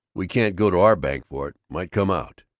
we can't go to our bank for it. might come out.